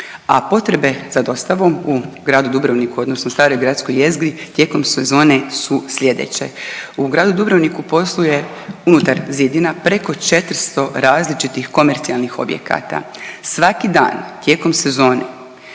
a potrebe za dostavom u gradu Dubrovniku odnosno staroj gradskoj jezgri tijekom sezone su slijedeće. U gradu Dubrovniku posluje unutar zidina preko 400 različitih komercijalnih objekata. Svaki dan tijekom sezone